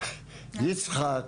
יצחק